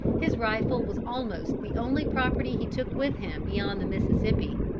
his rifle was almost the only property he took with him beyond the mississippi.